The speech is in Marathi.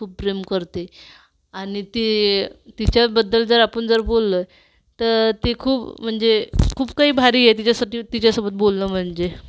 खूप प्रेम करते आणि ती तिच्याबद्दल जर आपून जर बोललं तर ती खूप म्हणजे खूप काही भारीये तिच्यासाठी तिच्यासोबत बोलणं म्हणजे